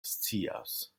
scias